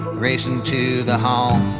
racing to the home